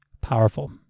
powerful